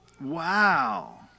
Wow